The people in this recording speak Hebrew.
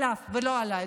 עליו ולא עליי.